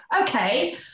okay